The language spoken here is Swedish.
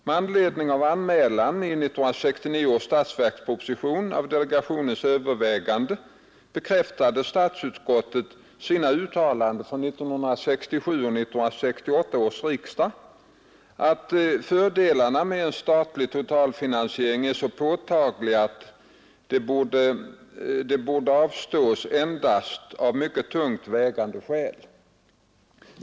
Med anledning av anmälan i 1969 års statsverksproposition av delegationens överväganden bekräftade statsutskottet sina uttalanden vid 1967 och 1968 års riksdag, att fördelarna med en statlig totalfinansiering är så påtagliga att de borde avstås endast av mycket tungt vägande skäl.